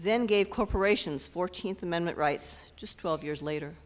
then gave corporations fourteenth amendment rights just twelve years later